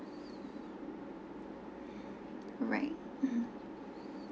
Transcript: alright mmhmm